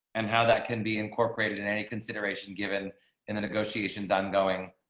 and how that can be incorporated in any consideration given and then negotiations ongoing